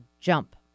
jump